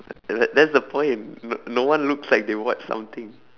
ya like that's the point n~ no one looks like they watch something